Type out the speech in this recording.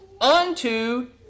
unto